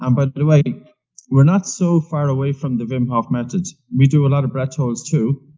um but but way we're not so far away from the wim hof methods. we do a lot of breath-holds too,